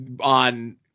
on